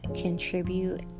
contribute